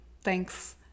Thanks